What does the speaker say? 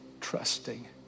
trusting